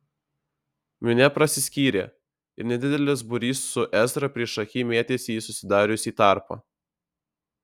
minia prasiskyrė ir nedidelis būrys su ezra priešaky metėsi į susidariusį tarpą